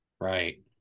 Right